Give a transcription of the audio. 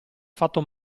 fatto